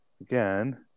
again